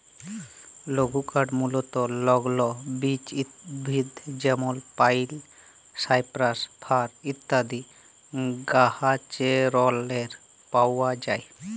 লঘুকাঠ মূলতঃ লগ্ল বিচ উদ্ভিদ যেমল পাইল, সাইপ্রাস, ফার ইত্যাদি গাহাচেরলে পাউয়া যায়